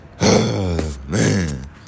Man